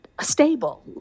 stable